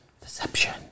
deception